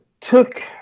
took